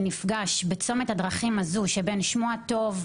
נפגש בצומת הדרכים הזה שבין שמו הטוב,